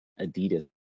Adidas